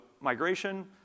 migration